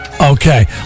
Okay